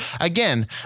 again